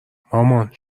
مامان